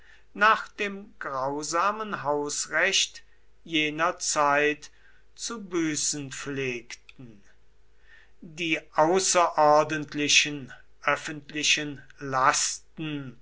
nach dem grausamen hausrecht jener zeit zu büßen pflegten die außerordentlichen öffentlichen lasten